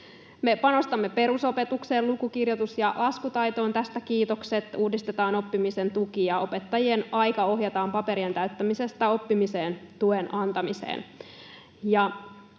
panostamme perusopetukseen, luku-, kirjoitus- ja laskutaitoon — tästä kiitokset. Uudistetaan oppimisen tuki, ja opettajien aika ohjataan paperien täyttämisestä oppimiseen, tuen antamiseen,